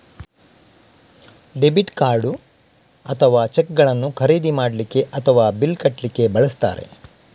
debit card ಅಥವಾ ಚೆಕ್ಗಳನ್ನು ಖರೀದಿ ಮಾಡ್ಲಿಕ್ಕೆ ಅಥವಾ ಬಿಲ್ಲು ಕಟ್ಲಿಕ್ಕೆ ಬಳಸ್ತಾರೆ